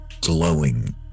glowing